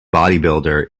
bodybuilder